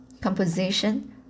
composition